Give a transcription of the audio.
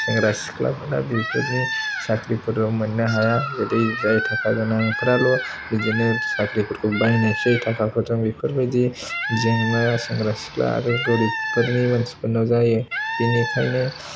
सेंग्रा सिख्लाफोरा बेफोरनि साख्रिफोरबो मोननो हाया जेरै जाय थाखा गोनांफ्राल' बिदिनो साख्रिफोरखौ बायनायसै थाखाफोरजों बेफोरबायदि जेंनाया सेंग्रा सिख्ला आरो गरिबफोरनि मानसिफोरनाव जायो बिनिखायनो